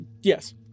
yes